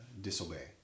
disobey